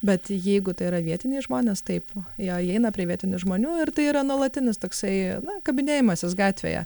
bet jeigu tai yra vietiniai žmonės taip jie eina prie vietinių žmonių ir tai yra nuolatinis toksai kabinėjimasis gatvėje